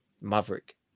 Maverick